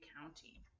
County